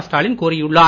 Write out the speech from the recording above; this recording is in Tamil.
ஸ்டாலின் கூறியுள்ளார்